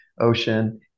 ocean